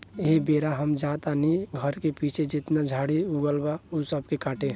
एह बेरा हम जा तानी घर के पीछे जेतना झाड़ी उगल बा ऊ सब के काटे